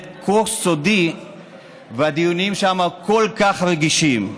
כה סודי והדיונים שם כל כך רגישים?